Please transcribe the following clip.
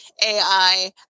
AI